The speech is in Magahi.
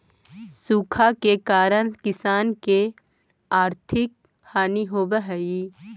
सूखा के कारण किसान के आर्थिक हानि होवऽ हइ